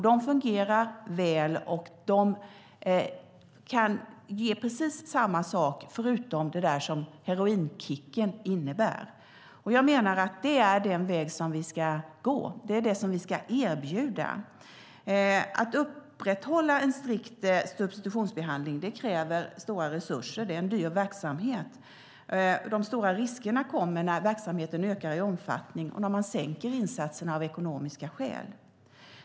De fungerar väl och kan ge precis samma sak förutom det som heroinkicken innebär. Jag menar att det är den väg som vi ska gå och vad vi ska erbjuda. Att upprätthålla en strikt substitutionsbehandling kräver stora resurser. Det är en dyr verksamhet. De stora riskerna kommer när verksamheten ökar i omfattning och man minskar insatserna av ekonomiska skäl.